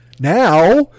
Now